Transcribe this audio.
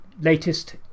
latest